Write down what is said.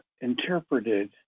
interpreted